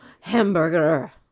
hamburger